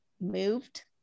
moved